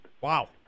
Wow